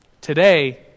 Today